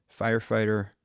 firefighter